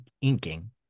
inking